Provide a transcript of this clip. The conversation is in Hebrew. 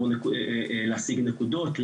להשיג נקודות,